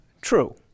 True